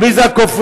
ומי זה הכופרים?